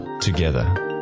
together